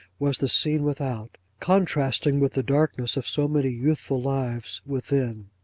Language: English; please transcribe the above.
was the scene without, contrasting with the darkness of so many youthful lives within!